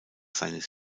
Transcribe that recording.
seines